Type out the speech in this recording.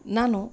ನಾನು